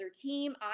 team